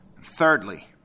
Thirdly